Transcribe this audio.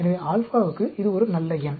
எனவே α க்கு இது ஒரு நல்ல எண்